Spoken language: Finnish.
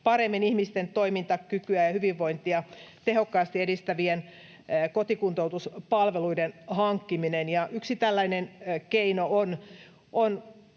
paremmin ihmisten toimintakykyä ja hyvinvointia tehokkaasti edistävien kotikuntoutuspalveluiden hankkiminen, ja yksi tällainen keino on